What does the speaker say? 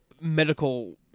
medical